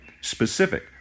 Specific